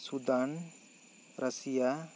Sudan Russia